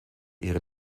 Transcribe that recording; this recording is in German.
ihre